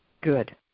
Good